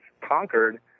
conquered